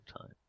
time